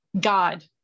God